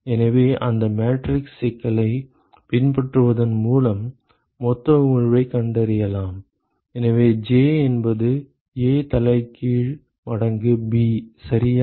எனவே இந்த மேட்ரிக்ஸ் சிக்கலைப் பின்பற்றுவதன் மூலம் மொத்த உமிழ்வைக் கண்டறியலாம் எனவே J என்பது A தலைகீழ் மடங்கு b சரியா